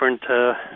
different